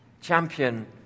champion